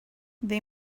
they